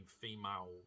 female